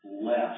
less